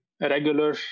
regular